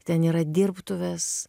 ten yra dirbtuvės